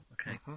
okay